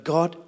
God